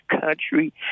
country